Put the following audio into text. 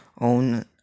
own